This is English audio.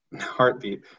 Heartbeat